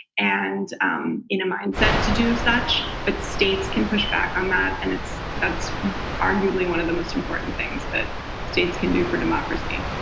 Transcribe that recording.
and um in a mindset to do such, but states can push back on that, and that's arguably one of the most important things that states can do for democracy.